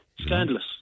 scandalous